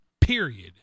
Period